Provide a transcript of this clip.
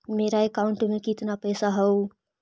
मेरा अकाउंटस में कितना पैसा हउ?